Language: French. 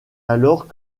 alors